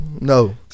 no